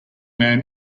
man